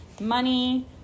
money